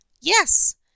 yes